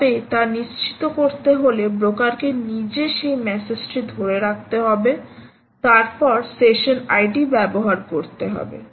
তবে তা নিশ্চিত করতে হলে ব্রোকারকে নিজে সেই মেসেজটি ধরে রাখতে হবে তারপর সেশন আইডি ব্যবহার করতে হবে